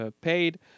paid